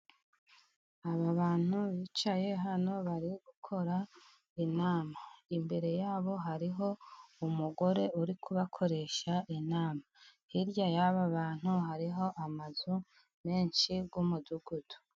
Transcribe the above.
Aba bantu bicaye hano barikora inama, imbere ya bo hariho umugore uri kubakoresha inama, hirya y'aba bantu hariho amazu menshi y'umudugudu.